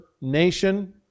nation